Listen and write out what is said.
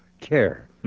Care